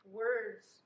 words